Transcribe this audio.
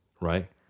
right